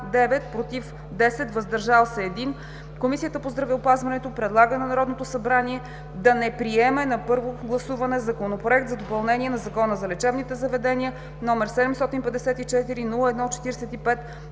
„против“ – 10, „въздържал се“ – 1, Комисията по здравеопазването предлага на Народното събрание да не приеме на първо гласуване Законопроекта за допълнение на Закона за лечебните заведения, № 754-01-45,